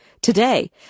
Today